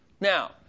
Now